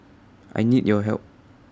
I need your help